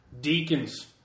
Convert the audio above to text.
Deacons